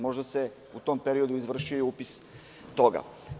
Možda se u tom periodu izvršio upis toga.